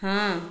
ହଁ